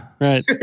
right